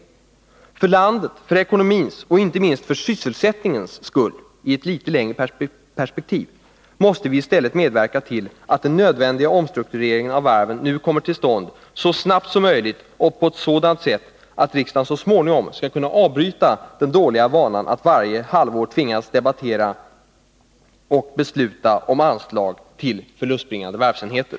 För landets, för ekonomins och inte minst för sysselsättningens skull i ett litet längre perspektiv måste vi i stället medverka till att den nödvändiga omstruktureringen av varven nu kommer till stånd så snabbt som möjligt och på ett sådant sätt att riksdagen så småningom skall kunna avbryta den dåliga vanan att varje halvår tvingas debattera och besluta om anslag till förlustbringande varvsenheter.